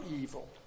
evil